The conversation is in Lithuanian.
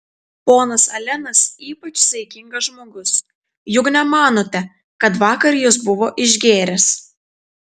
ponas alenas ypač saikingas žmogus juk nemanote kad vakar jis buvo išgėręs